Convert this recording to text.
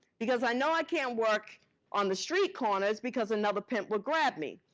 because i know i can't work on the street corners because another pimp would grab me.